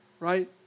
Right